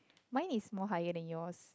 mine is more higher than yours